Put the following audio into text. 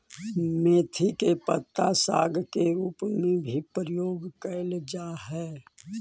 मेथी के पत्ता साग के रूप में भी प्रयोग कैल जा हइ